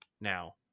now